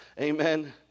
amen